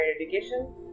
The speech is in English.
education